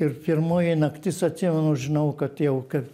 ir pirmoji naktis atsimenu žinau kad jau kad